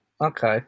Okay